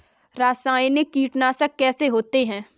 रासायनिक कीटनाशक कैसे होते हैं?